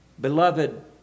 Beloved